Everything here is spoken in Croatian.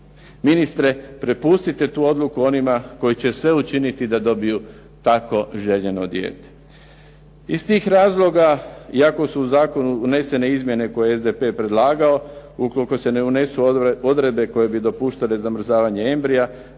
Ministre, prepustite tu odluku onima koji će sve učiniti da dobiju tako željeno dijete. Iz tih razloga iako su u zakonu unesene izmjene koje je SDP predlagao, ukoliko se ne unesu odredbe koje bi dopuštale zamrzavanje embrija,